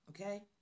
Okay